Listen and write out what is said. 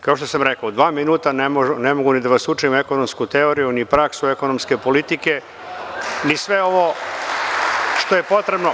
Kao što sam rekao, u dva minuta ne mogu ni da vas učim ekonomsku teoriju, ni praksu ekonomske politike, ni sve ovo što je potrebno…